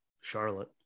Charlotte